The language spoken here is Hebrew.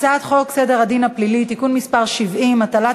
הצעת חוק סדר הדין הפלילי (תיקון מס' 70) (הטלת